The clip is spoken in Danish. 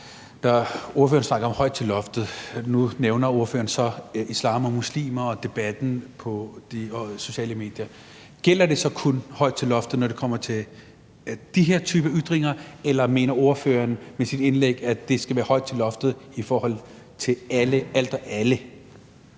Ordføreren snakker om højt til loftet. Nu nævner ordføreren så islam og muslimer og debatten på de sociale medier. Gælder det så kun højt til loftet, når det kommer til den her type ytringer, eller mener ordføreren i sit indlæg, at der skal være højt til loftet i forhold til alt og alle?